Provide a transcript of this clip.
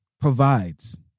provides